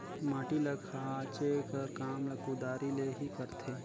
माटी ल खाचे कर काम ल कुदारी ले ही करथे